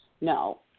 No